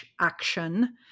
action